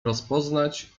rozpoznać